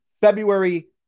February